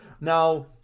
Now